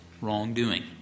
wrongdoing